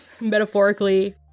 Metaphorically